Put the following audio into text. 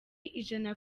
ijana